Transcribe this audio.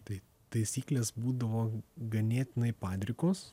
tai taisyklės būdavo ganėtinai padrikos